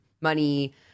money